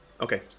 Okay